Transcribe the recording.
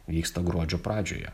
vyksta gruodžio pradžioje